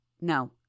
No